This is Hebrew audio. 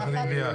יחד עם ליאת.